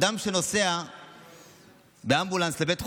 אדם שנוסע באמבולנס לבית חולים,